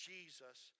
Jesus